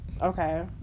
Okay